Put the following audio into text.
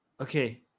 Okay